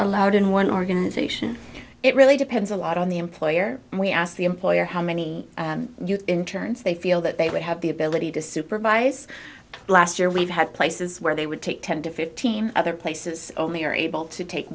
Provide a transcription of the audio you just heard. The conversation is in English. allowed in one organization it really depends a lot on the employer we ask the employer how many interns they feel that they would have the ability to supervise last year we've had places where they would take ten to fifteen other places only are able to take